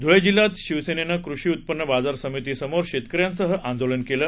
धुळे जिल्ह्यात शिवसेनं कृषी उत्पन्न बाजार समिती समोर शेतकऱ्यांसह आंदोलन केलं